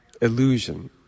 illusion